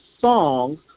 songs